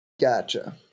Gotcha